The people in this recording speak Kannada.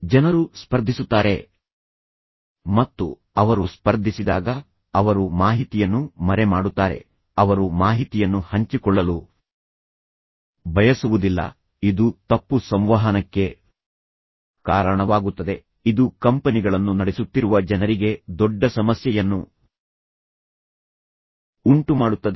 ಜನರು ಸ್ಪರ್ಧಿಸುತ್ತಾರೆ ಮತ್ತು ಅವರು ಸ್ಪರ್ಧಿಸಿದಾಗ ಅವರು ಮಾಹಿತಿಯನ್ನು ಮರೆಮಾಡುತ್ತಾರೆ ಅವರು ಮಾಹಿತಿಯನ್ನು ಹಂಚಿಕೊಳ್ಳಲು ಬಯಸುವುದಿಲ್ಲ ಇದು ತಪ್ಪು ಸಂವಹನಕ್ಕೆ ಕಾರಣವಾಗುತ್ತದೆ ಇದು ಕಂಪನಿಗಳನ್ನು ನಡೆಸುತ್ತಿರುವ ಜನರಿಗೆ ದೊಡ್ಡ ಸಮಸ್ಯೆಯನ್ನು ಉಂಟುಮಾಡುತ್ತದೆ